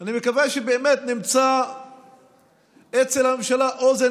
אני מקווה שבאמת נמצא אצל הממשלה אוזן